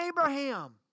Abraham